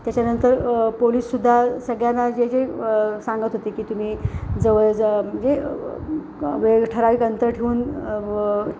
त्याच्यानंतर पोलिससुद्धा सगळ्यांना जे जे सांगत होते की तुम्ही जवळजवळ म्हणजे वेगवेगळं ठराविक अंतर ठेवून